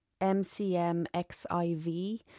MCMXIV